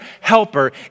helper